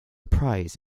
prize